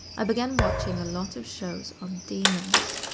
i began watching a lot of shows on demons.